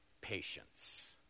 patience